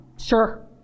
sure